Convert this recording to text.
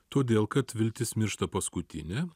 todėl kad viltis miršta paskutinė